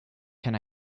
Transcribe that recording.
can